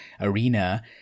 Arena